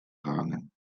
gehangen